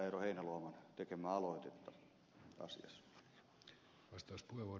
eero heinäluoman tekemää aloitetta asiassa